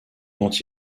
dont